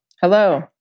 Hello